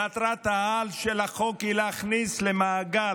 מטרת-העל של החוק היא להכניס למאגר